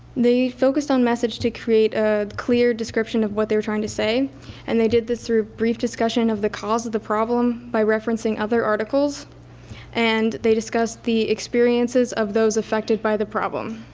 focused on message to create a clear description of what they were trying to say and they did this through brief discussion of the cause of the problem by referencing other articles and they discussed the experiences of those affected by the problem.